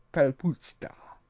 palpuszta